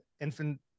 infant